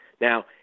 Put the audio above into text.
Now